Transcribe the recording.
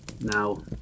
Now